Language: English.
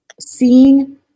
seeing